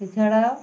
এছাড়া